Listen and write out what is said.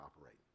operate